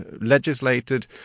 legislated